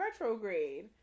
retrograde